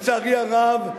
לצערי הרב,